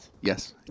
Yes